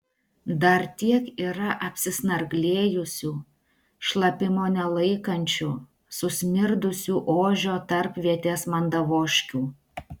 dar tiek yra apsisnarglėjusių šlapimo nelaikančių susmirdusių ožio tarpvietės mandavožkių